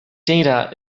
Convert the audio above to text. data